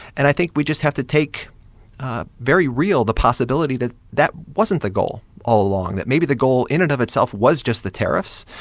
and i think we just have to take very real the possibility that that wasn't the goal all along that maybe the goal, in and of itself, was just the tariffs,